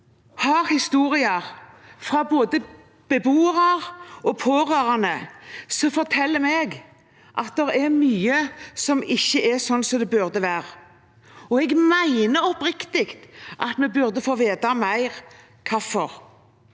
har historier fra både beboere og pårørende som forteller meg at det er mye som ikke er sånn som det burde være. Jeg mener oppriktig at vi burde få vite mer om hvorfor.